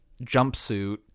jumpsuit